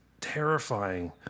terrifying